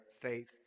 faith